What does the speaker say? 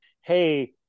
hey